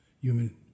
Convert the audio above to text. Human